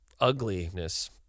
ugliness